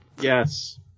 Yes